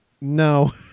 No